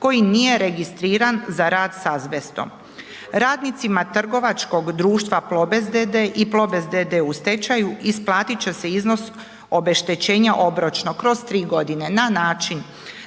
koji nije registriran za rad s azbestom. Radnicima trgovačkog društva Plobest d.d. i Plobest d.d. u stečaju isplatit će se iznos obeštećenja obročno, kroz tri godine na način